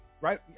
right